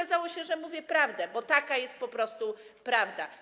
Okazało się, że mówię prawdę, bo taka jest po prostu prawda.